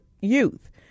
youth